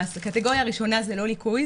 הקטגוריה הראשונה זה לא ליקוי,